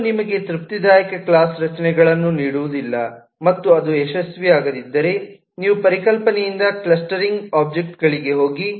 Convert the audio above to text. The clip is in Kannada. ಇದು ನಿಮಗೆ ತೃಪ್ತಿದಾಯಕ ಕ್ಲಾಸ್ ರಚನೆಗಳನ್ನು ನೀಡುವುದಿಲ್ಲ ಮತ್ತು ಅದು ಯಶಸ್ವಿಯಾಗದಿದ್ದರೆ ನೀವು ಪರಿಕಲ್ಪನೆಯಿಂದ ಕ್ಲಸ್ಟರಿಂಗ್ ಒಬ್ಜೆಕ್ಟ್ಗಳಿಗೆ ಹೋಗಿ